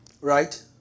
Right